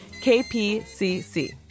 KPCC